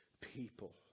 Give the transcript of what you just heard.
people